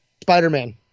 spider-man